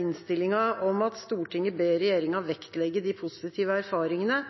innstillinga, hvor det står «Stortinget ber regjeringen vektlegge de positive erfaringene